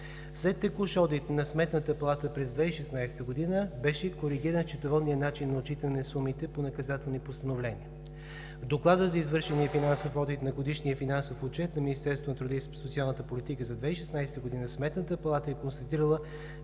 След текущ одит на Сметната палата през 2016 г. беше коригиран счетоводният начин на отчитане на сумите по наказателни постановления. В доклада за извършения финасов одит на Годишния финансов отчет на Министерството на труда и социалната политика за 2016 г. Сметната палата е констатирала,